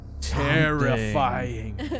terrifying